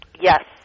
Yes